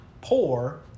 poor